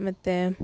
ಮತ್ತು